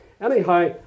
Anyhow